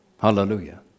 Hallelujah